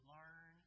Learn